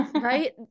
right